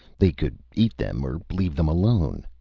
they could eat them or leave them alone.